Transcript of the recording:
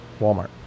Walmart